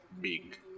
big